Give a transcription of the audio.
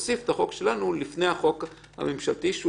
סיף את החוק שלנו לפני החוק הממשלתי שהוא